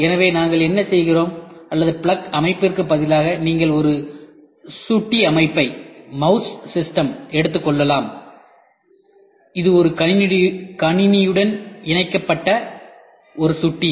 எனவே நாங்கள் என்ன செய்கிறோம் அல்லது பிளக் அமைப்புக்குப் பதிலாக நீங்கள் ஒரு சுட்டி அமைப்பை எடுத்துக் கொள்ளலாம் இது ஒரு கணினியுடன் இணைக்கப்பட்ட ஒரு சுட்டி